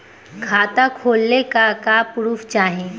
खाता खोलले का का प्रूफ चाही?